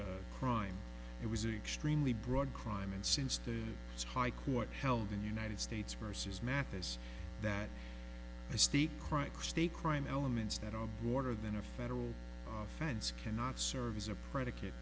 crime it was extremely broad crime and since the high court held in united states versus mathis that misty cracks they crime elements that are border than a federal offense cannot serve as a predicate